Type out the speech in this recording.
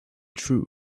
true